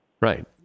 Right